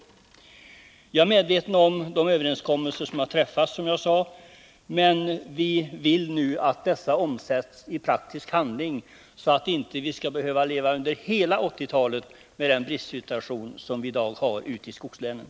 Jag är, som jag sade, medveten om de överenskommelser som har träffats, men dessa överenskommelser måste nu omsättas i praktisk handling så att vi inte under hela 1980-talet skall behöva leva med den bristsituation som vi i dag har ute i skogslänen.